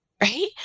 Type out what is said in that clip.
right